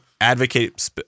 advocate